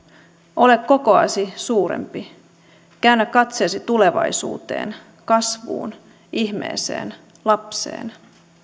ole kokoasi suurempi käännä katseesi tulevaisuuteen kasvuun ihmeeseen lapseen